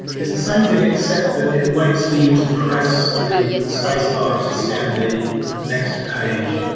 is the same thing except that it waits for you to press the spacebar to scan the next page.